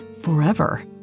forever